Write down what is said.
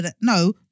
no